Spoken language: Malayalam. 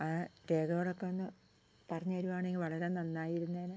ആ രേഖകളൊക്കെ ഒന്ന് പറഞ്ഞ് തരികയാണേൽ വളരെ നന്നായിരുന്നേനെ